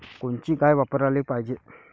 कोनची गाय वापराली पाहिजे?